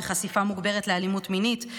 בחשיפה מוגברת לאלימות מינית,